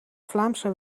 vlaamse